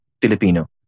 Filipino